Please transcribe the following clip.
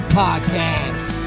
podcast